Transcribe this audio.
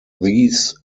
these